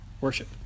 Worship